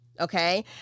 Okay